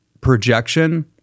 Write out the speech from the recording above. projection